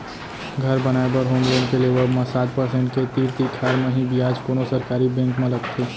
घर बनाए बर होम लोन के लेवब म सात परसेंट के तीर तिखार म ही बियाज कोनो सरकारी बेंक म लगथे